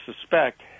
suspect